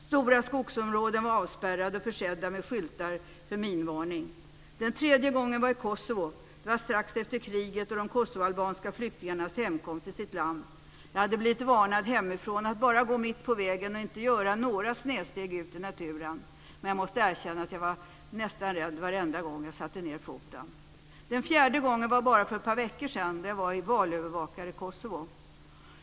Stora skogsområden var avspärrade och försedda med skyltar med minvarning. Den tredje gången var i Kosovo. Det var strax efter kriget och de kosovoalbanska flyktingarnas hemkomst till sitt land. Jag hade blivit tillsagd hemifrån att bara gå mitt i vägen och inte ta några snedsteg ute i naturen. Jag måste erkänna att jag var rädd nästan varenda gång jag satte ned foten. Den fjärde gången var bara för ett par veckor sedan, när jag var valövervakare i Kosovo.